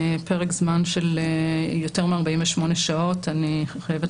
פרק זמן של יותר מ-48 שעות אני חייבת